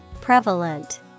Prevalent